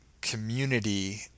community